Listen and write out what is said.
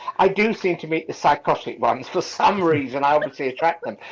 i do seem to meet the psychotic ones for some reason i obviously attract them.